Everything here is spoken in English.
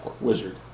wizard